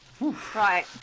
Right